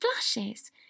flashes